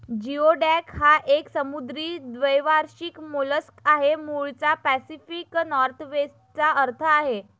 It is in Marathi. जिओडॅक हा एक समुद्री द्वैवार्षिक मोलस्क आहे, मूळचा पॅसिफिक नॉर्थवेस्ट चा आहे